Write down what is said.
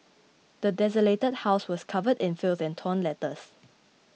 the desolated house was covered in filth and torn letters